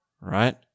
right